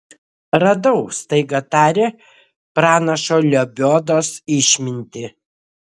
radau staiga tarė pranašo lebiodos išmintį